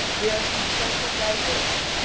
we are confronted by war.